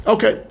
Okay